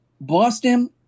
Boston